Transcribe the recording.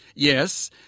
Yes